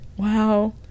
wow